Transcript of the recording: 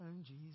Jesus